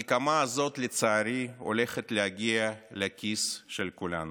הנקמה הזאת, לצערי, הולכת להגיע לכיס של כולנו.